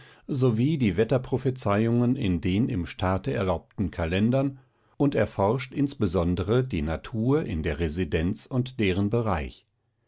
sowie die wetterprophezeiungen in den im staate erlaubten kalendern und erforscht insbesondere die natur in der residenz und deren bereich